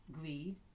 greed